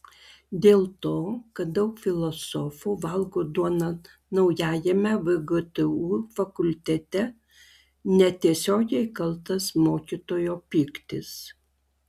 dėl to kad daug filosofų valgo duoną naujajame vgtu fakultete netiesiogiai kaltas mokytojo pyktis